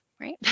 right